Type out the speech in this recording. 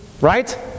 right